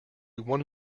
one